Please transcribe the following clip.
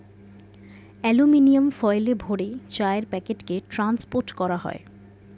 aluminium ফয়েলে ভরে চায়ের প্যাকেটকে ট্রান্সপোর্ট করা হয়